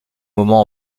moment